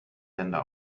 länder